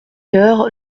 heures